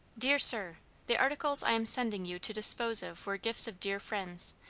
dear sir the articles i am sending you to dispose of were gifts of dear friends,